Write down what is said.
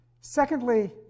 secondly